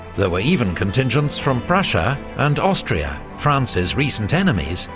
there were even contingents from prussia and austria france's recent enemies,